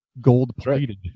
gold-plated